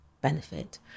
benefit